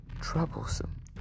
troublesome